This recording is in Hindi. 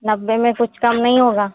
नब्बे में कुछ कम नहीं होगा